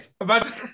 Imagine